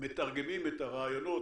מתרגמים את הרעיונות,